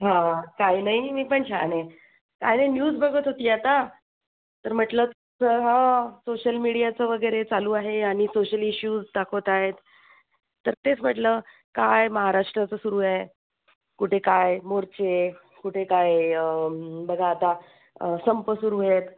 हा हा काही नाही मी पण छान आहे काय नाही न्यूज बघत होती आता तर म्हटलं चं हा सोशल मीडियाचं वगैरे चालू आहे आणि सोशल इश्यूज दाखवत आहेत तर तेच म्हटलं काय महाराष्ट्राचं सुरू आहे कुठे काय मोर्चे कुठे काय बघा आता संप सुरू आहेत